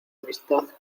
amistad